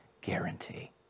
guarantee